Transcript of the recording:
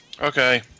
Okay